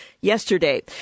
yesterday